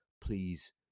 please